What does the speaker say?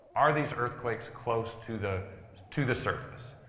are these earthquakes close to the to the surface?